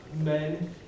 men